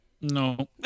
No